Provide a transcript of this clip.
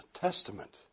Testament